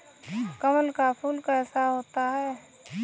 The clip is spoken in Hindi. कमल का फूल कैसा होता है?